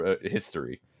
history